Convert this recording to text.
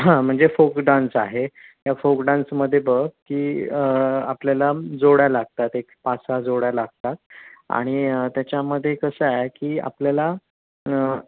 हां म्हणजे folk dance आहे या फोक डान्समध्ये बघ की आपल्याला जोड्या लागतात एक पाचसा जोड्या लागतात आणि त्याच्यामध्ये कसं आहे की आपल्याला